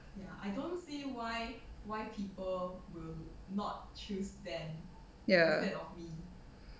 ya